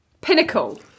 pinnacle